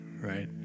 right